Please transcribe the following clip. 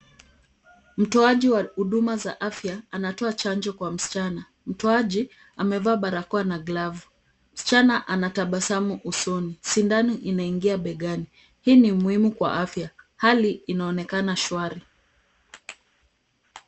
Mtoaji wa huduma za afya, anatoa chanjo kwa msichana. Mtoaji, amevaa barakoa na glavu. Msichana anatabasamu usoni. Sindano inaingia begani. Hii ni muhimu kwa afya. Hali inaonekana shwari.